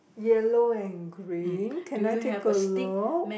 yellow and green can I take a look